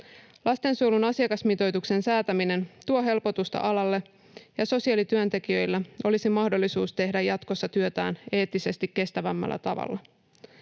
Lastensuojelun asiakasmitoituksen säätäminen tuo helpotusta alalle, ja sosiaalityöntekijöillä olisi mahdollisuus tehdä jatkossa työtään eettisesti kestävämmällä tavalla.